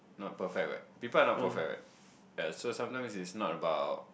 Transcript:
not perfect what people are not perfect what ya so sometimes it's not about